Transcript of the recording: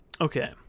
okay